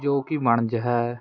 ਜੋ ਕਿ ਵਣਜ ਹੈ